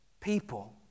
people